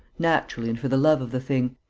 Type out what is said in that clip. naturally and for the love of the thing,